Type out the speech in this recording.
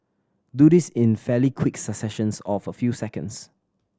do this in fairly quick successions of a few seconds